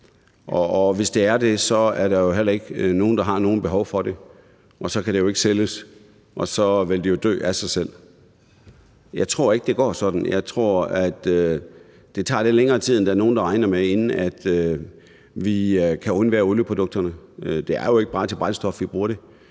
Og hvis det er det, er der jo heller ikke nogen, der har noget behov for det, og så kan det jo ikke sælges, og så vil det jo dø af sig selv. Jeg tror ikke, det går sådan. Jeg tror, at det tager lidt længere tid, end nogle regner med, inden vi kan undvære olieprodukterne. Det er jo ikke bare til brændstof, vi bruger det;